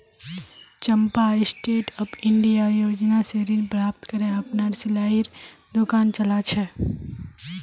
चंपा stand up India योजना स ऋण प्राप्त करे अपनार सिलाईर दुकान चला छ